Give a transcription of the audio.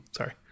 Sorry